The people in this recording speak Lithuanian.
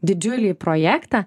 didžiulį projektą